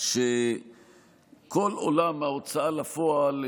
שכל עולם ההוצאה לפועל,